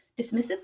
dismissively